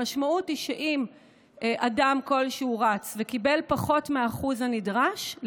המשמעות היא שאם אדם כלשהו רץ וקיבל פחות מהשיעור הנדרש,